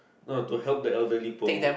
no to help the elderly poor